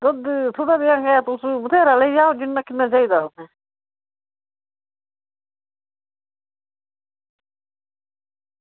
दुद्ध थोह्ड़ा जेहा गै तुस बथ्हेरा लेई जाओ तुसें किन्ना चाहिदा तुसें